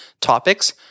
topics